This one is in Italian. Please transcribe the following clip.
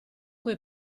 coi